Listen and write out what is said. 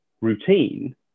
routine